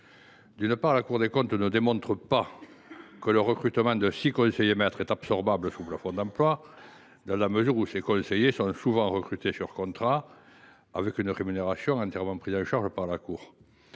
D’une part, la Cour des comptes ne démontre pas que le recrutement de six conseillers maîtres est absorbable sous plafond d’emplois, dans la mesure où ces conseillers sont souvent recrutés par contrat et où leur rémunération est entièrement prise en charge par la Cour.